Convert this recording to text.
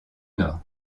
nord